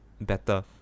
Better